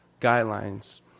guidelines